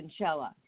Pinchella